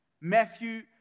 Matthew